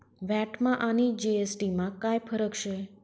व्हॅटमा आणि जी.एस.टी मा काय फरक शे?